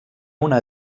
una